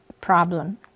problem